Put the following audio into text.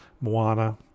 Moana